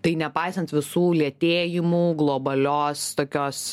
tai nepaisant visų lėtėjimų globalios tokios